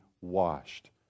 washed